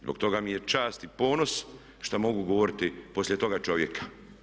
Zbog toga mi je čast i ponos što mogu govoriti poslije toga čovjeka.